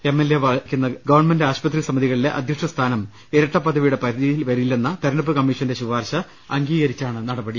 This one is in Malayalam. എം എൽ എമാർ വഹിക്കുന്ന ഗവൺമെന്റ് ആശുപത്രി സമിതികളിലെ അധ്യക്ഷസ്ഥാനം ഇരട്ടപ്പദവിയുടെ പരിധിയിൽ വരില്ലെന്ന തെരഞ്ഞെടുപ്പ് കമ്മീ ഷന്റെ ശുപാർശ അംഗീകരിച്ചാണ് നടപടി